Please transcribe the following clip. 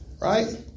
Right